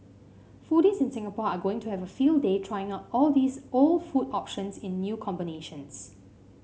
foodies in Singapore are going to have a field day trying out all these old food options in new combinations